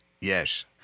Yes